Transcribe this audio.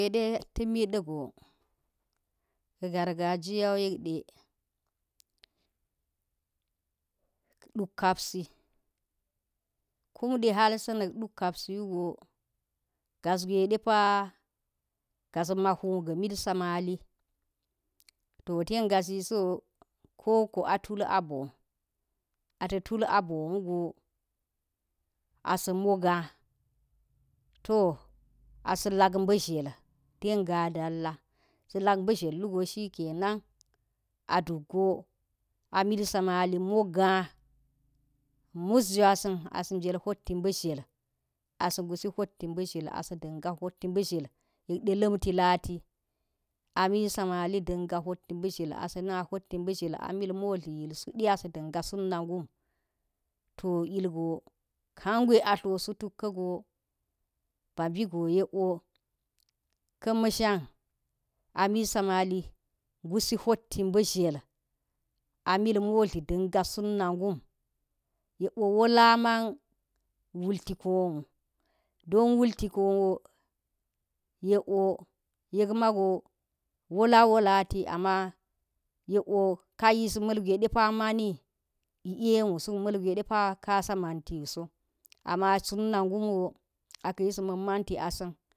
Gwede ta̱midago ga̱ gargaji yau yek de duk kapsi kuma hal sa̱ na̱ ɗuk kapsi wuge gas gwe depa gas mahu ga̱ milsamali to ten gasi so kok a tul aboo ata tul a boo wugo asi moga to a sa̱ lak mba̱zle wugo shi a nan a duk go ami samati moga mus ngusin a sa̱ nyel ndu mba̱ zle, a sa̱ ngusi hot mbaszle a sa̱ ngusi hot mba̱ zle yek de la̱mti lati amil sabi da̱nga hoti mba̱zle asa̱ na hot mɓazle a mil motli yilsudi a sa dinga sut nagum ti ilgo kangwe a tla sutuk ka̱ go ba mbi go ka̱ ma̱shan amilsa mali ngusi hot mbazle a mil modli danga sut nagum yek wo walla man wulti kowo, do wultiko wo yek wo yek maga wala walati ama yek wo kayis ma̱gwe depa mani i e wo suk malwe kasa manti woo so ama sut na gum a ka̱ yis man ti asa̱n.